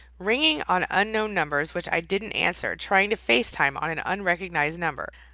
ringing on unknown numbers, which i didn't answer. trying to facetime on an unrecognized number.